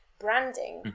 branding